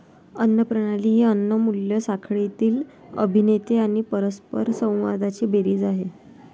अन्न प्रणाली ही अन्न मूल्य साखळीतील अभिनेते आणि परस्परसंवादांची बेरीज आहे